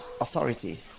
authority